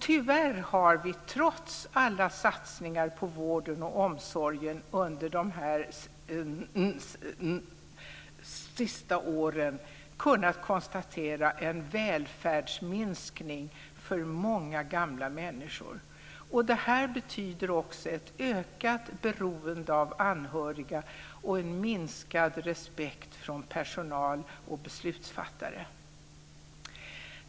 Tyvärr har vi, trots alla satsningar på vården och omsorgen under de senaste åren kunnat konstatera en välfärdsminskning för många gamla människor. Det betyder också ett ökat beroende av anhöriga och en minskad respekt från personal och beslutsfattare.